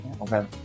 okay